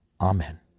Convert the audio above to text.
Amen